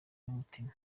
n’umutima